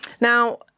now